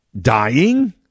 dying